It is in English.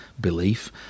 belief